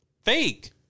fake